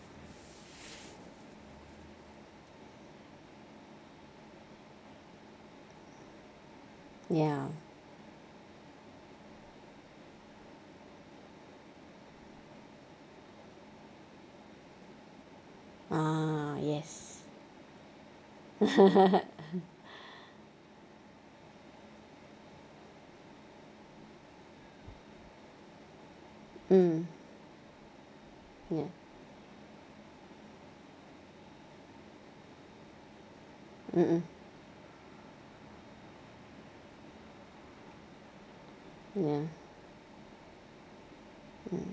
ya ah yes mm ya mmhmm ya mm